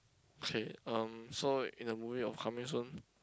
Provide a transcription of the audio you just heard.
K um so in the movie of coming soon